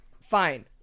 fine